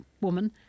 woman